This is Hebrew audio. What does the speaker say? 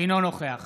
אינו נוכח